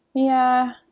yeah.